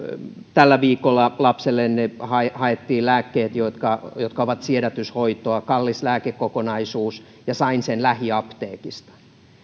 tällä viikolla lapselleni haettiin lääkkeet jotka jotka ovat siedätyshoitoa kallis lääkekokonaisuus ja sain sen lähiapteekista